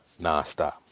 nonstop